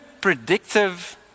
predictive